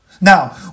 Now